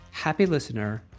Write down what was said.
HAPPYLISTENER